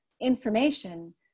information